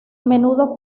menudo